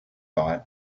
thought